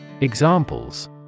Examples